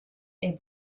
est